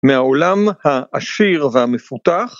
מהעולם העשיר והמפותח.